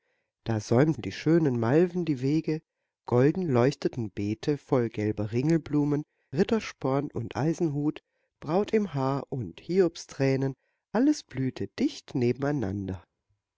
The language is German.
da säumten die schönen malven die wege golden leuchteten beete voll gelber ringelblumen rittersporn und eisenhut braut im haar und hiobstränen alles blühte dicht nebeneinander